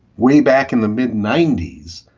way back in the mid ninety s.